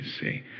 see